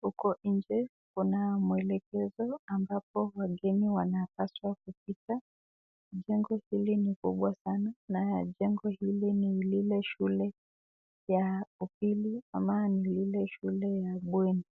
huko nje kuna mwelekezo ambapo wageni wanapaswa kupita, jengo hili ni kubwa sana na jengo hili ni lile shule ya upili ama ni lile shule la bweni.